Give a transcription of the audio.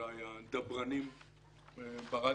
ואולי הדברנים ברדיו,